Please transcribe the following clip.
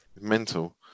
mental